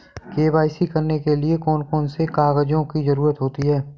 KYC करने के लिए कौन कौन से कागजों की जरूरत होती है?